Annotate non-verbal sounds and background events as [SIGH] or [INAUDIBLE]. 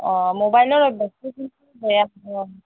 অঁ মোবাইলৰ অভ্যাসটো কিন্ত বেয়া [UNINTELLIGIBLE]